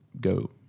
go